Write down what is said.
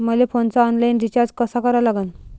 मले फोनचा online recharge कसा करा लागन?